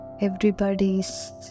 everybody's